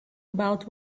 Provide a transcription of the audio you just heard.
about